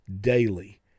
daily